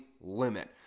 limit